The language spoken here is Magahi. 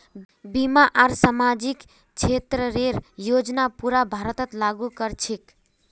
बीमा आर सामाजिक क्षेतरेर योजना पूरा भारतत लागू क र छेक